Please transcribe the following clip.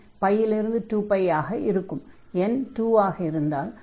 n2 ஆக இருந்தால் இடைவெளி 2 π இல் இருந்து 3π ஆக இருக்கும்